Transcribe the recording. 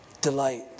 delight